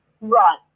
run